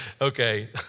Okay